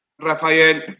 Rafael